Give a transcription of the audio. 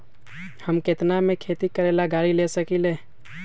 हम केतना में खेती करेला गाड़ी ले सकींले?